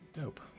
Dope